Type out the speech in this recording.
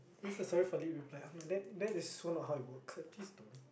that's sorry for late reply I'm like that that's so not how it work please don't